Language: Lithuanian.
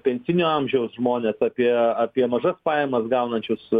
pensinio amžiaus žmones apie apie mažas pajamas gaunančius